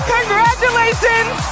Congratulations